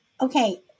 okay